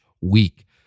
week